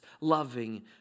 loving